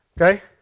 Okay